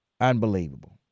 Unbelievable